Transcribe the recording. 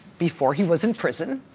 before he was in prison,